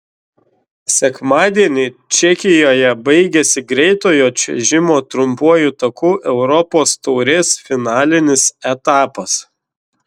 sekmadienį čekijoje baigėsi greitojo čiuožimo trumpuoju taku europos taurės finalinis etapas